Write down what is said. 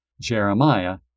Jeremiah